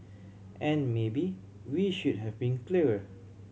and maybe we should have been clearer